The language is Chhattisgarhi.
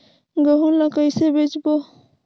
गहूं ला कइसे बेचबो?